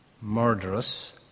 murderous